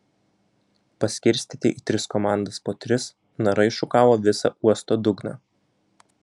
paskirstyti į tris komandas po tris narai šukavo visą uosto dugną